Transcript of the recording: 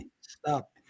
Stop